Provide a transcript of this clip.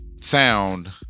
sound